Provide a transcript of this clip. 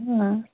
अँ